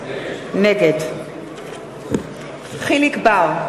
נגד יחיאל חיליק בר,